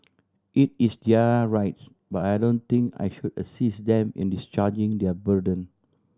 it is their right but I don't think I should assist them in discharging their burden